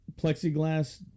plexiglass